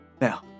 Now